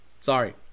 Sorry